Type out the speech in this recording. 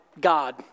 God